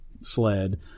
SLED